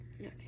Okay